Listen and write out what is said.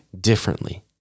differently